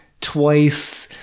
twice